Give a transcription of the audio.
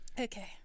Okay